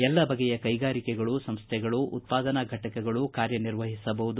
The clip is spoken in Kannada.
ಎಲ್ಲ ಬಗೆಯ ಕೈಗಾರಿಕೆಗಳು ಸಂಸೈಗಳು ಉತ್ಪಾದನಾ ಫಟಕಗಳು ಕಾರ್ಯ ನಿರ್ವಹಿಸಬಹುದು